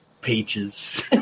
Peaches